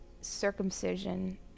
circumcision